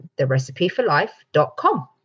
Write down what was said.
therecipeforlife.com